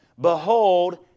Behold